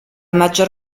maggior